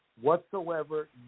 whatsoever